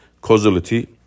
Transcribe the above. causality